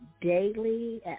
daily